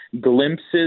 glimpses